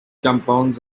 compounds